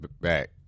back